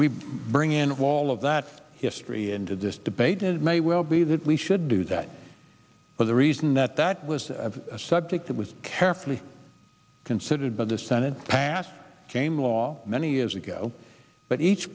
we bring in all of that history into this debate it may well be that we should do that but the reason that that was a subject that was carefully considered by the senate passed came law many years ago but each